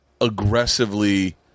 aggressively